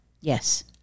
Yes